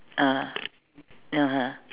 (uh huh) (uh huh)